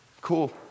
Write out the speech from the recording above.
cool